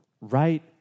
right